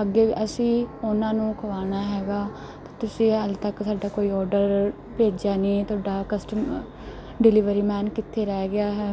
ਅੱਗੇ ਅਸੀਂ ਉਹਨਾਂ ਨੂੰ ਖਵਾਉਣਾ ਹੈਗਾ ਅਤੇ ਤੁਸੀਂ ਹਜੇ ਤੱਕ ਸਾਡਾ ਕੋਈ ਆਡਰ ਭੇਜਿਆ ਨਹੀਂ ਤੁਹਾਡਾ ਕਸਟਮ ਡਿਲੀਵਰੀ ਮੈਨ ਕਿੱਥੇ ਰਹਿ ਗਿਆ ਹੈ